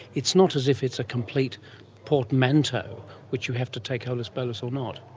it's not as if it's a complete portamento which you have to take holus bolus or not.